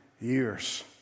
years